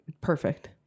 Perfect